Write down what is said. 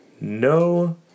no